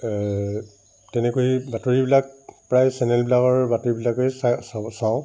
তেনেকৈয়ে বাতৰিবিলাক প্ৰায় চেনেলবিলাকৰ বাতৰিবিলাকেই চাওঁ